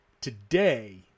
today